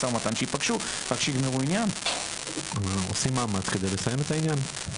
אנחנו עושים מאמץ כדי לסיים את העניין.